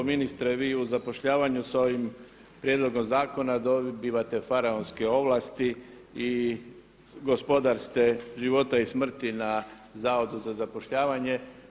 Ministre vi u zapošljavanju s ovim prijedlogom zakona dobivate faraonske ovlasti i gospodar ste života i smrti na Zavodu za zapošljavanje.